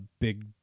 big